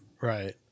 right